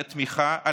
על התמיכה,